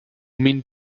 mean